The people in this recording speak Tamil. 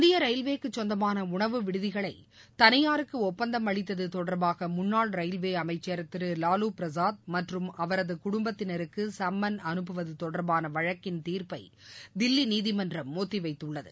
இந்திய ரயில்வேயிக்கு சொந்தமான உணவு செவிடுதிகளை தனியாருக்கு செஒப்பந்தம் அளித்தது தொடர்பாக முன்னாள் ரயில்வே அமைச்சர் திரு லாலு பிரசாத் மற்றும் அவரது குடும்பத்தினருக்கு சம்மன் அனுப்புவது தொடர்பான வழக்கின் தீர்ப்பை தில்லி நீதிமன்றம் ஒத்திவைத்துள்ளது